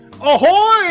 Ahoy